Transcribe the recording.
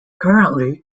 currently